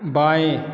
बाएं